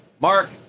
Mark